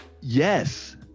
Yes